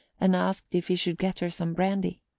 and asked if he should get her some brandy.